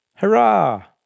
Hurrah